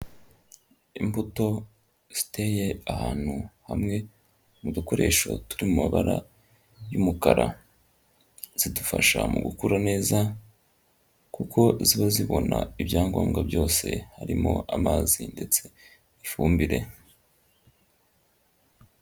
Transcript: Imbuto ziteye ahantu hamwe mu dukoresho turi muamabara y'umukara, zidufasha mu gukura neza kuko ziba zibona ibyangombwa byose, harimo amazi ndetse n'ifumbire.